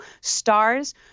stars